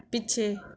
ਪਿੱਛੇ